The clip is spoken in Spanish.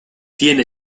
tiene